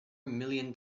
million